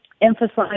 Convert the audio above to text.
emphasize